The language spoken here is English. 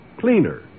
cleaner